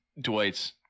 dwight's